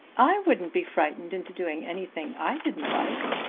i wouldn't be frightened into doing anything i didn't like,